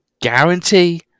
guarantee